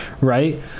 right